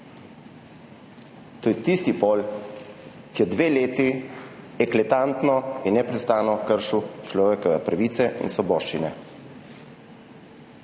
To je tisti pol, ki je dve leti eklatantno in neprestano kršil človekove pravice in svoboščine.